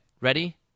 Ready